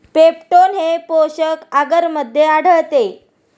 peptone हे पोषक आगरमध्ये आढळते